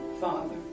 Father